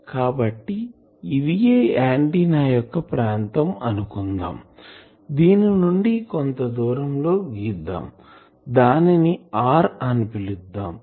కాబట్టి ఇదియే ఆంటిన్నా యొక్క ప్రాంతం అనుకుందాం దీని నుండి కొంత దూరం లో గీద్దాం దానిని R అని పిలుద్దాం